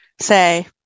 say